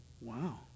Wow